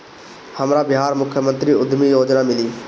हमरा बिहार मुख्यमंत्री उद्यमी योजना मिली?